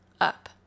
up